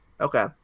Okay